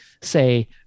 say